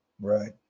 right